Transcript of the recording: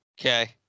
Okay